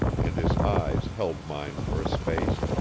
and his eyes held mine for a space,